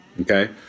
okay